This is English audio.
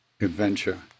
adventure